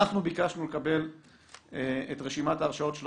אנחנו ביקשנו לקבל את רשימת ההרשאות של